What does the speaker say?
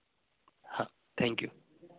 हाँ thank you